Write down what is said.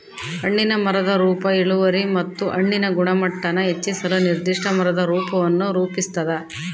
ಹಣ್ಣಿನ ಮರದ ರೂಪ ಇಳುವರಿ ಮತ್ತು ಹಣ್ಣಿನ ಗುಣಮಟ್ಟಾನ ಹೆಚ್ಚಿಸಲು ನಿರ್ದಿಷ್ಟ ಮರದ ರೂಪವನ್ನು ರೂಪಿಸ್ತದ